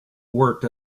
worked